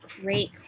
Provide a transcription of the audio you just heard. great